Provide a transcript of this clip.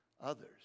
others